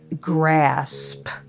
grasp